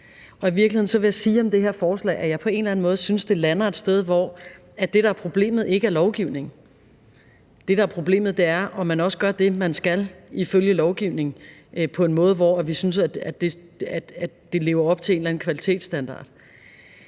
måde synes, det lander et sted, hvor det, der er problemet, ikke er lovgivning; det, der er problemet, er, om man også gør det, man skal ifølge lovgivningen, på en måde, som vi synes lever op til en eller anden kvalitetsstandard.